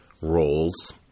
roles